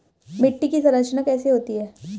मिट्टी की संरचना कैसे होती है?